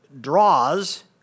draws